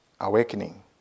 awakening